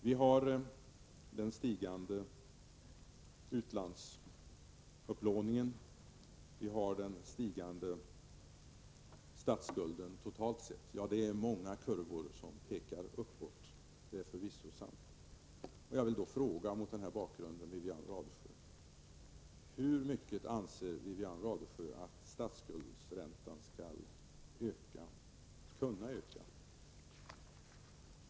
Vi har alltså en stigande utlandsupplåning och en stigande statsskuldränta. Ja, många kurvor pekar uppåt, det är förvisso sant. Mot bakgrunden av detta vill jag fråga Wivi-Anne Radesjö: Hur mycket anser hon att statsskuldräntan skall kunna öka?